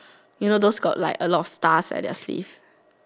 you know those got like a lot of stars at their sleeve